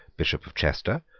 bishop of chester,